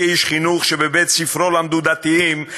כאיש חינוך שבבית-ספרו למדו דתיים,